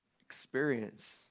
Experience